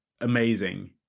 amazing